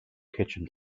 kitchen